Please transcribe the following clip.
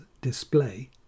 display